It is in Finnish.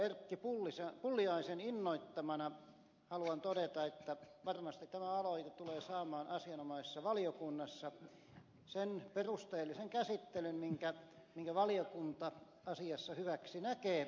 erkki pulliaisen innoittamana haluan todeta että varmasti tämä aloite tulee saamaan asianomaisessa valiokunnassa sen perusteellisen käsittelyn minkä valiokunta asiassa hyväksi näkee